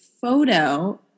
photo